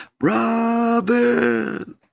Robin